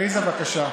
עליזה, בבקשה.